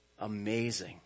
amazing